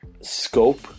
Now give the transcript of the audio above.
scope